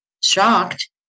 Shocked